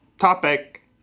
Topic